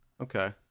Okay